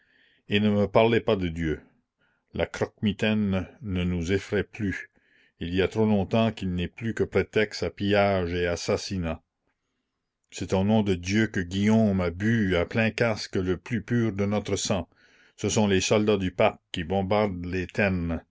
et ne me parlez pas de dieu le croquemitaine ne nous effraie plus il y a trop longtemps qu'il n'est plus que prétexte à pillage et à assassinat c'est au nom de dieu que guillaume a bu à plein casque le plus pur de notre sang ce sont les soldats du pape qui bombardent les